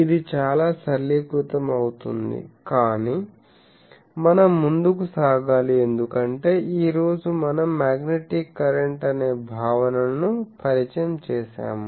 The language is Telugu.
ఇది చాలా సరళీకృతం అవుతుంది కాని మనం ముందుకు సాగాలి ఎందుకంటే ఈ రోజు మనం మ్యాగ్నెటిక్ కరెంట్ అనే భావనను పరిచయం చేశాము